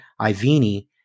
Ivini